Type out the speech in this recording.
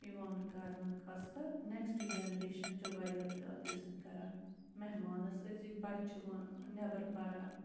یِوان کرنہٕ خاص کر نیکسٹہٕ جینریشَن چھِ واریاہ زیادٕ عِزَت کران مہمانَس أزِکۍ بَچہٕ چھِ ووٚں نیبرٕ پَران